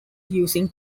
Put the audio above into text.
using